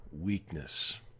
weakness